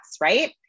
Right